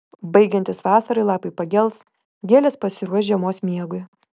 baigiantis vasarai lapai pagels gėlės pasiruoš žiemos miegui